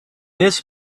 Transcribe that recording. this